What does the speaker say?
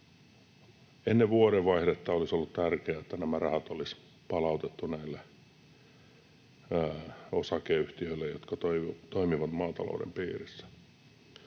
ole edennyt. Olisi ollut tärkeää, että nämä rahat olisi palautettu ennen vuodenvaihdetta näille osakeyhtiöille, jotka toimivat maatalouden piirissä.